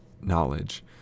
knowledge